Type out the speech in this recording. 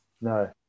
No